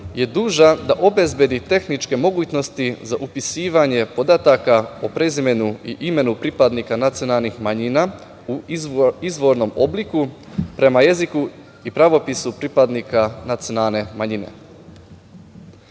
je dužan obezbedi tehničke mogućnosti za upisivanje podataka o prezimenu i imenu pripadnika nacionalnih manjina u izvornom obliku prema jeziku i pravopisu pripadnika nacionalne manjine. Prema